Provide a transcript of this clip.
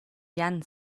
yan